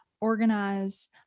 organize